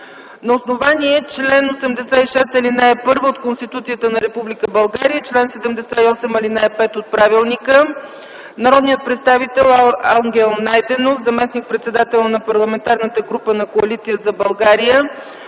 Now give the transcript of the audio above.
На основание чл. 86, ал. 1 от Конституцията на Република България и чл. 78, ал. 5 от Правилника народният представител Ангел Найденов, заместник-председател на Парламентарната група на Коалиция за България,